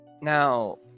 Now